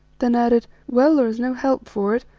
then added well, there is no help for it.